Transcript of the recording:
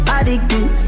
Addicted